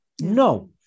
no